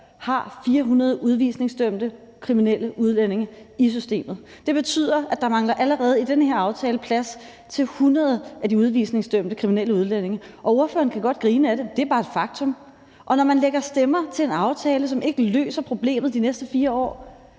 har 400 udvisningsdømte kriminelle udlændinge i systemet. Det betyder, at der allerede i den her aftale mangler plads til 100 af de udvisningsdømte kriminelle udlændinge. Og spørgeren kan godt grine af det, men det er bare et faktum. Og når man lægger stemmer til en aftale, som ikke løser problemet de næste 4 år,